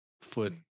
foot